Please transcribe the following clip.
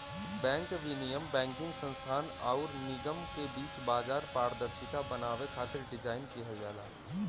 bank विनियम banking संस्थान आउर निगम के बीच बाजार पारदर्शिता बनावे खातिर डिज़ाइन किहल जाला